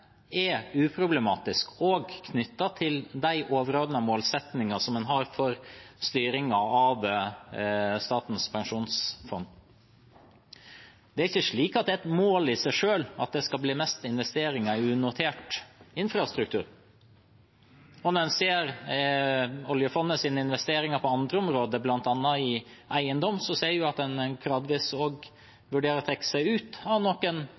er uproblematisk, også knyttet til de overordnede målsettinger som man har for styringen av Statens pensjonsfond. Det er ikke slik at det er et mål i seg selv at det skal bli mest investeringer i unotert infrastruktur. Når man ser oljefondets investeringer på andre områder, bl.a. i eiendom, ser man også at man gradvis vurderer å trekke seg ut av noen